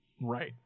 right